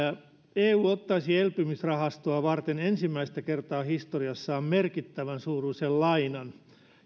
eu ottaisi elpymisrahastoa varten ensimmäistä kertaa historiassaan merkittävän suuruisen lainan